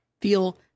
feel